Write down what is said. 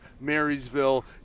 Marysville